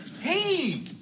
Hey